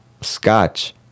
scotch